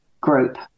group